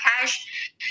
cash